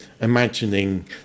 imagining